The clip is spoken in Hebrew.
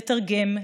לתרגם,